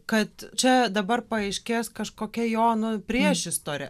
kad čia dabar paaiškės kažkokia jo nu priešistorė